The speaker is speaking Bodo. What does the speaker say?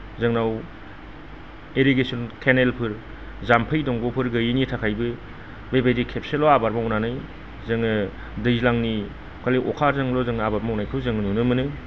जोंनाव एरिगेसन चेनेलफोर जाम्फै दंग'फोर गैयिनि थाखायबो बेबायदि खेबसेल' आबाद मावनानै जोङो दैज्लांनि खालि अखाजोंल' जों आबाद मावनायखौ जों नुनो मोनो